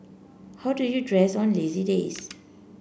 how do you dress on lazy days